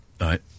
right